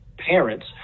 parents